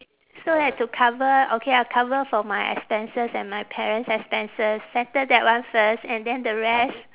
so that to cover okay I'll cover for my expenses and my parents' expenses settle that one first and then the rest